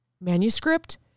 manuscript